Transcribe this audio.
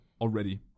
already